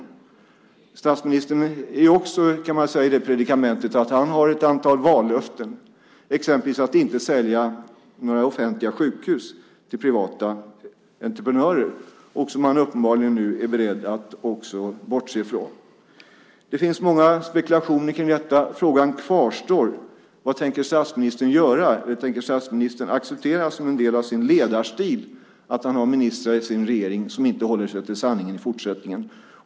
Man kan säga att statsministern också är i det predikamentet att han har ett antal vallöften, exempelvis att inte sälja några offentliga sjukhus till privata entreprenörer, som han nu uppenbarligen också är beredd att bortse från. Det finns många spekulationer om detta. Frågan kvarstår: Vad tänker statsministern göra? Eller tänker statsministern acceptera, som en del av sin ledarstil, att han har ministrar i sin regering som inte håller sig till sanningen?